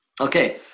okay